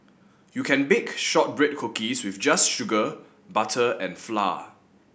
you can bake shortbread cookies with just sugar butter and flour